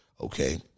Okay